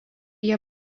jie